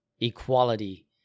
equality